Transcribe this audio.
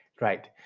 Right